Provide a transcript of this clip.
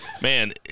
man